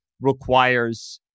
requires